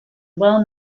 well